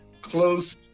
close